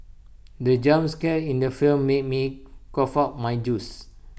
the jump scare in the film made me cough out my juice